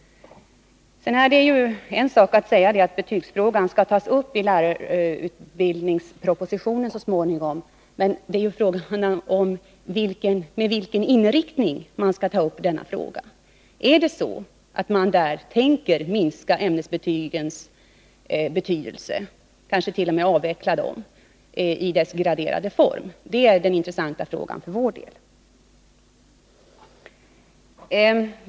Sedan är det en sak att säga att betygsfrågan skall tas upp i lärarutbildningspropositionen så småningom — en helt annan är på vilket sätt man skall lösa denna fråga. Tänker man där minska ämnesbetygens betydelse, kanske t.o.m. avveckla dem i deras graderade form? Det är den intressanta frågan för vår del.